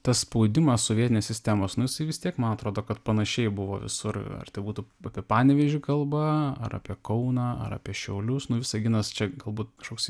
tas spaudimas sovietinės sistemos nu jisai vis tiek man atrodo kad panašiai buvo visur ar tai būtų apie panevėžį kalba ar apie kauną ar apie šiaulius nu visaginas čia galbūt kažkoks